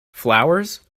flowers